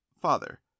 Father